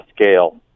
scale